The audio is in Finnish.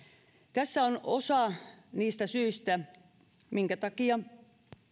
tässä on osa niistä syistä minkä takia